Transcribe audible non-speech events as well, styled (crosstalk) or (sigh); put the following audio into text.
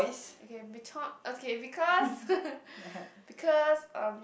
okay be talk okay because (laughs) because um